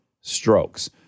strokes